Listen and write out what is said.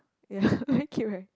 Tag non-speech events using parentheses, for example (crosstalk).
ya (noise) very cute right